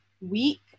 week